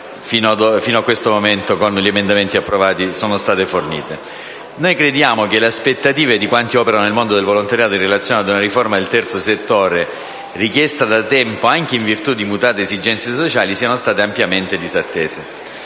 fino a questo momento, con gli emendamenti approvati, sono state fornite. Noi crediamo che le aspettative di quanti operano nel mondo del volontariato in relazione ad una riforma del terzo settore, richiesta da tempo anche in virtù di mutate esigenze sociali, siano state ampiamente disattese.